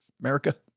america.